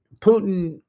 Putin